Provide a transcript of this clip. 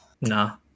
Nah